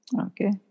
Okay